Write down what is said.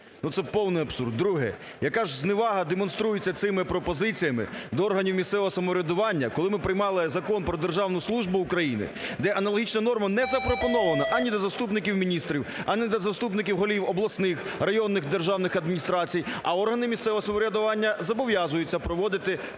це повний абсурд. Друге. Яка ж зневага демонструється цими пропозиціями до органів місцевого самоврядування, коли ми приймали Закон "Про державну службу України", де аналогічна норма не запропонована ані до заступників міністрів, ані до заступників голів обласних, районних державних адміністрацій, а органи місцевого самоврядування зобов'язуються проводити конкурс